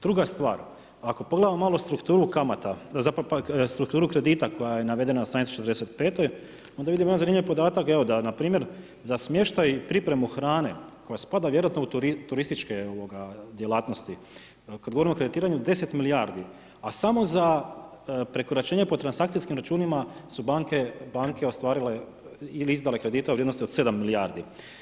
Druga stvar, ako pogledamo malo strukturu kamata, zapravo strukturu kredita koja je navedena na stranici 45. onda vidimo jedan zanimljiv podatak da npr. za smještaj i pripremu hrane koja spada vjerojatno u turističke djelatnosti, kad govorimo o kreditiranju 10 milijardi, a samo za prekoračenje po transakcijskim računima su banke ostvarile ili izdale kredite u vrijednosti od 7 milijardi.